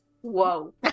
Whoa